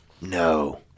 no